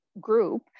group